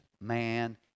man